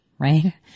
right